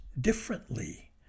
differently